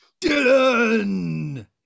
Dylan